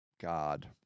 God